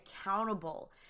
accountable